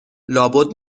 لابد